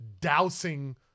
dousing